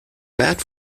wert